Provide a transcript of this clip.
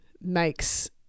makes